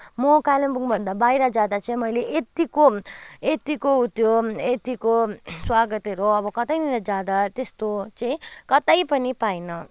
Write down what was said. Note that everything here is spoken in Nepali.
म कालिम्पोङ भन्दा बाहिर जाँदा चाहिँ मैले यत्तिको यत्तिको उ त्यो यत्तिको स्वागतहरू अब कतैनिर जाँदा त्यस्तो चाहिँ कतै पनि पाइनँ